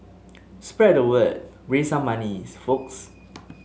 spread the word raise some money's folks